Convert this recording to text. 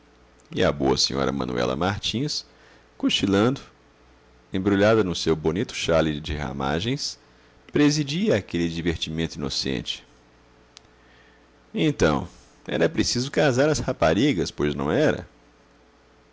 e a boa senhora manuela martins cochilando embrulhada no seu bonito xaile de ramagens presidia àquele divertimento inocente então era preciso casar as raparigas pois não era